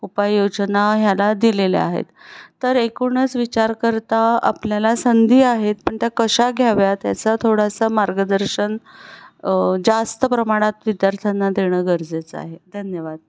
उपाय योजना ह्याला दिलेल्या आहेत तर एकूणच विचार करता आपल्याला संधी आहेत पण त्या कशा घ्याव्यात याचा थोडासा मार्गदर्शन जास्त प्रमाणात विद्यार्थ्यांना देणं गरजेचं आहे धन्यवाद